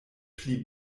pli